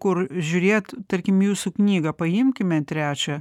kur žiūrėt tarkim jūsų knygą paimkime trečią